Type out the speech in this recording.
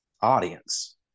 audience